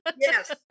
Yes